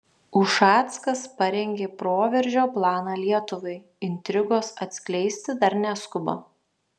ušackas parengė proveržio planą lietuvai intrigos atskleisti dar neskuba